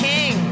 King